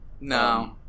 No